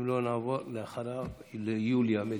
אם לא, נעבור אחריו ליוליה מלינובסקי,